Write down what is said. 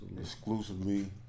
Exclusively